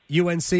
UNC